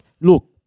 look